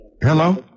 Hello